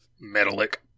Metallic